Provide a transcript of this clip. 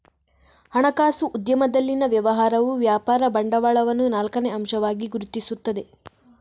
ಹಣಕಾಸು ಉದ್ಯಮದಲ್ಲಿನ ವ್ಯವಹಾರವು ವ್ಯಾಪಾರ ಬಂಡವಾಳವನ್ನು ನಾಲ್ಕನೇ ಅಂಶವಾಗಿ ಗುರುತಿಸುತ್ತದೆ